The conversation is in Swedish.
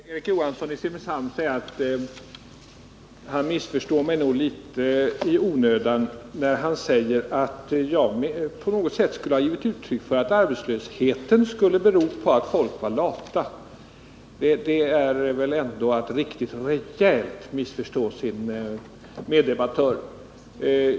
Herr talman! Erik Johansson i Simrishamn missförstår mig nog litet i onödan när han säger att jag på något sätt skulle ha givit uttryck för att arbetslösheten skulle bero på att folk var lata. Det är väl ändå att riktigt rejält missförstå sin meddebattör.